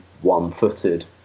one-footed